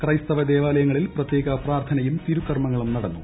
ക്രൈസ്ത ദേവാലയങ്ങളിൽ പ്രത്യേക പ്രാർത്ഥനയും തിരുകർമ്മങ്ങളും നടന്നു